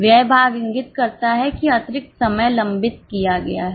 व्यय भाग इंगित करता है कि अतिरिक्त लंबित किया गया था